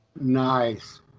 Nice